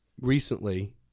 recently